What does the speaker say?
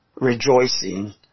rejoicing